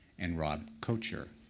and rob kocher.